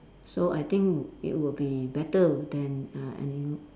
so I think it would be better than uh and